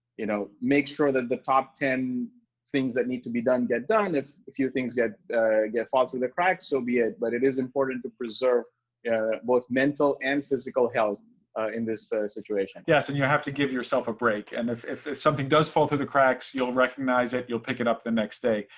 you know, make sure that the top ten things that need to be done get done, if a few things get get fall through the cracks, so be it. but it is important to preserve both mental and physical health in this situation. yes, and you have to give yourself a break, and if if something does fall through the cracks, you'll recognize it, you'll pick it up the next day.